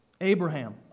Abraham